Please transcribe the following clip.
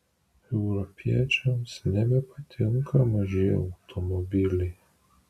europiečiams nebepatinka maži automobiliai